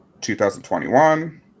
2021